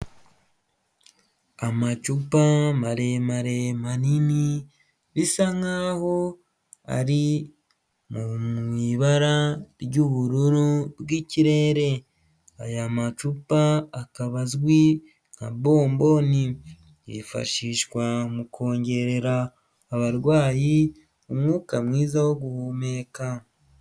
Amacupa maremare manini bisa nk'aho ari mu ibara ry'ubururu bw'ikirere aya macupa akaba azwi nka bomboni, yifashishwa mu kongerera abarwayi umwuka mwiza wo guhumeka.